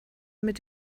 mit